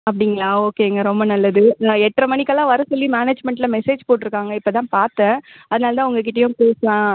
அப்படிங்களா ஓகேங்க ரொம்ப நல்லது ஆ எட்ரை மணிக்கெல்லாம் வர சொல்லி மேனேஜ்மெண்ட்டில் மெசேஜ் போட்டிருக்காங்க இப்போதான் பார்த்தேன் அதனால்தான் உங்கள் கிட்டேயும் பேசலாம்